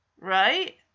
Right